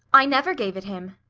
i never gave it him.